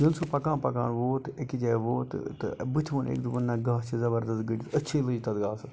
ییٚلہِ سُہ پَکان پَکان ووت أکِس جایہِ ووت تہٕ بٕتھہِ وون أکۍ دوٚپُن نہَ گاسہٕ چھُ زَبردَست گٔنٛڈِتھ أچھی لٔج تتھ گاسَس